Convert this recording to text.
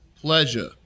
pleasure